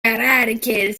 eradicated